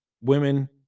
women